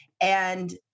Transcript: And-